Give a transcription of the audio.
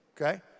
okay